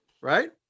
right